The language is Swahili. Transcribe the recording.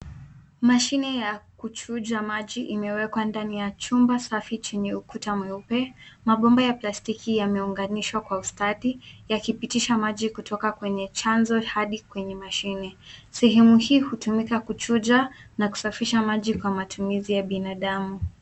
Mashine ya kuchuja maji imewekwa ndani ya chumba safi chenye ukuta mweupe. Mabomba ya plastiki yameunganishwa kwa ustadi, yakipitisha maji kutoka kwenye chanzo hadi kwenye mashine. Sehemu hii hutumika kuchuja na kusafisha maji kwa matumizi ya binadamu.